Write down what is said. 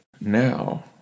Now